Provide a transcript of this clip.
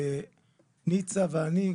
ניצה ואני,